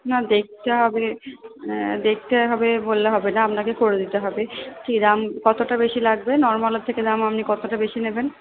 না দেখতে হবে দেখতে হবে বললে হবে না আপনাকে করে দিতে হবে কীরম কতটা বেশি লাগবে নর্মালের থেকে দাম আপনি কতটা বেশি নেবেন